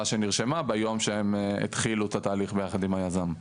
שנרשמה ביום שהם התחילו את התהליך ביחד עם היזם.